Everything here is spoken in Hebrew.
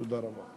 תודה רבה.